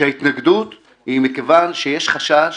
שההתנגדות היא מכיוון שיש חשש